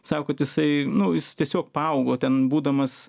sako kad jisai nu jis tiesiog paaugo ten būdamas